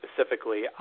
specifically